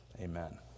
amen